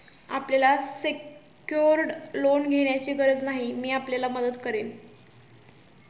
आपल्याला secured loan घेण्याची गरज नाही, मी आपल्याला मदत करेन